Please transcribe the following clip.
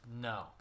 No